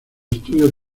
estudio